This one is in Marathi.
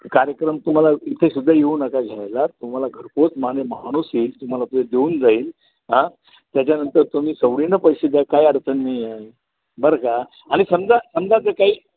कार्यक्रम तुम्हाला इथे सुद्धा येऊ नका घ्यायला तुम्हाला घरपोच माने माणूस येईल तुम्हाला ते देऊन जाईल हा त्याच्यानंतर तुम्ही सवडीनं पैसे द्या काय अडचण नाही आहे बरं का आणि समजा समजा जर काही